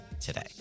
today